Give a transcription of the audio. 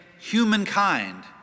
humankind